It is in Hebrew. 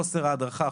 חוסר ההדרכה,